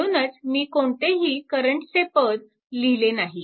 म्हणूनच मी कोणतेही करंटचे पद लिहिले नाही